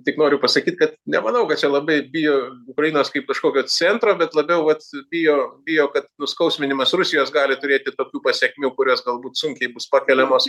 tik noriu pasakyt kad nemanau kad čia labai bijo ukrainos kaip kažkokio centro bet labiau vat bijo bijo kad nuskausminimas rusijos gali turėti tokių pasekmių kurios galbūt sunkiai bus pakeliamos